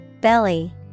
Belly